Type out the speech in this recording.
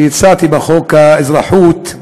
שהצעתי בחוק האזרחות,